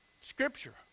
scripture